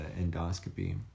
endoscopy